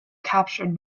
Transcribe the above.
captured